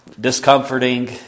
discomforting